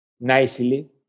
nicely